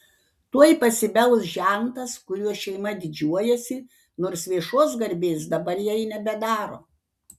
tuoj pasibels žentas kuriuo šeima didžiuojasi nors viešos garbės dabar jai nebedaro